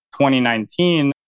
2019